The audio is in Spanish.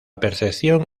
percepción